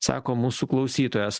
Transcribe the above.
sako mūsų klausytojas